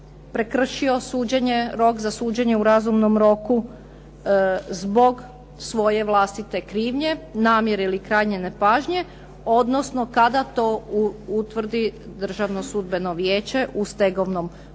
prekršio suđenje, rok za suđenje u razumnom roku zbog svoje vlastite krivnje, namjere ili krajnje nepažnje, odnosno kada to utvrdi Državno sudbeno vijeće u stegovnom postupku